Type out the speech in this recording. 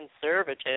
conservative